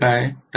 चूक म्हणजे काय